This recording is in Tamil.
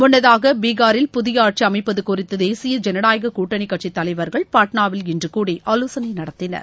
முன்னதாக பீகாரில் புதிய ஆட்சி அமைப்பது குறித்து தேசிய ஜனநாயகக் கூட்டணி கட்சித் தலைவர்கள் பாட்னாவில் இன்று கூடி ஆலோசனை நடத்தினர்